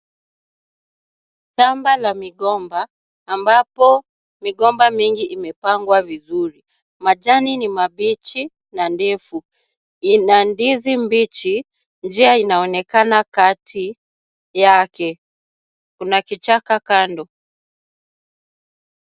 Shamba la migomba ambapo migomba mingi imepangwa vizuri. Majani ni mabichi na ndefu. Ina ndizi mbichi . Njia inaonekana kati yake. Kuna kichaka kando.